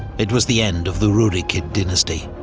it was the end of the rurikid dynasty.